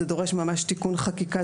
זה דורש ממש תיקון חקיקה,